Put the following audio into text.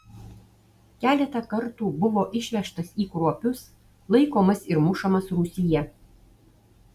keletą kartų buvo išvežtas į kruopius laikomas ir mušamas rūsyje